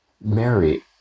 Mary